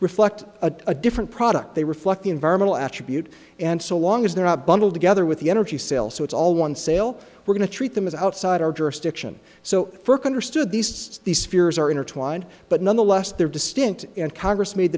reflect a a different product they reflect the environmental attribute and so long as they're not bundled together with the energy sale so it's all one sale we're going to treat them as outside our jurisdiction so under stood these pts these fears are intertwined but nonetheless they're distinct and congress made